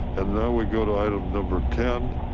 and now we go to item number ten.